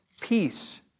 peace